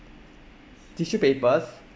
tissue papers